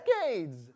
decades